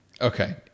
Okay